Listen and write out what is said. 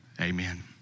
amen